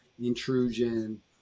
intrusion